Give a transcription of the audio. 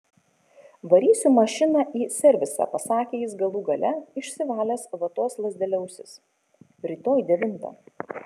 varysiu mašiną į servisą pasakė jis galų gale išsivalęs vatos lazdele ausis rytoj devintą